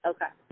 Okay